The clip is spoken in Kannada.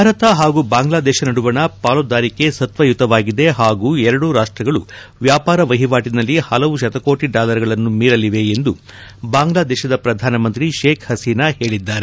ಭಾರತ ಹಾಗೂ ಬಾಂಗ್ಲಾದೇಶ ನಡುವಣ ಪಾಲುದಾರಿಕೆ ಸತ್ತಯುತವಾಗಿದೆ ಹಾಗೂ ಎರಡೂ ರಾಷ್ಷಗಳು ವ್ಯಾಪಾರ ವಹಿವಾಟನಲ್ಲಿ ಹಲವು ಶತಕೋಟ ಡಾಲರ್ಗಳನ್ನು ಮೀರಲಿವೆ ಎಂದು ಬಾಂಗ್ಲಾದೇತದ ಪ್ರಧಾನಮಂತ್ರಿ ಶೇಖ್ ಹಸೀನಾ ಹೇಳಿದ್ದಾರೆ